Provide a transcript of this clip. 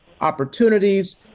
opportunities